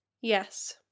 Yes